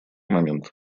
момент